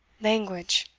language?